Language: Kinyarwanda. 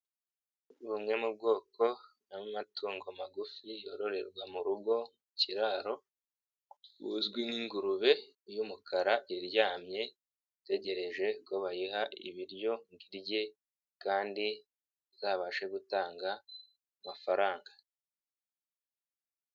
Bumwe mu bwoko bw'amatungo magufi yororerwa mu rugo mu kiraro buzwi nk'ingurube y'umukara iryamye itegereje ko bayiha ibiryo ngo irye kandi izabashe gutanga amafaranga.